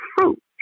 fruit